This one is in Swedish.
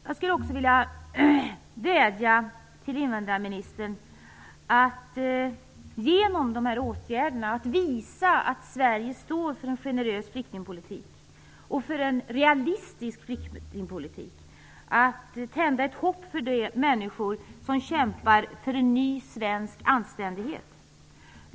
Jag skulle också vilja vädja till invandrarministern att genom dessa åtgärder, genom att visa att Sverige står för en generös och realistisk flyktingpolitik, tända ett hopp för de människor som kämpar för en ny svensk anständighet.